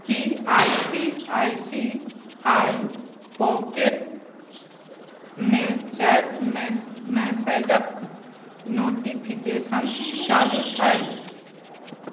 Ki I C I C I pockets मे chat मैस मैसेजक नोटिफिकेशन चालू छै